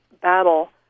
battle